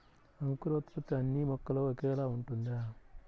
అంకురోత్పత్తి అన్నీ మొక్కలో ఒకేలా ఉంటుందా?